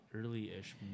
early-ish